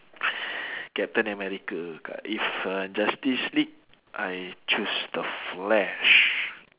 captain america kan if uh justice league I choose the flash